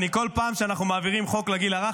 בכל פעם שאנחנו מעבירים חוק לגיל הרך,